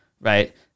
right